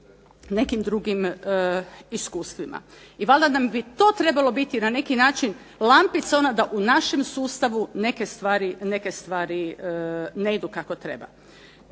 nekim drugim iskustvima. I valjda bi nam to trebalo biti na neki način lampica da u našem sustavu neke stvari ne idu kako treba.